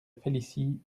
félicie